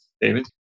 David